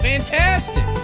Fantastic